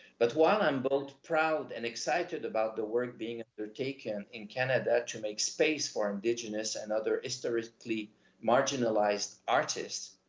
but while i'm both proud and excited about the work being undertaken in canada to make space for indigenous and other historically marginalized artists,